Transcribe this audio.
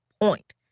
point